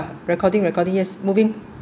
recording recording yes moving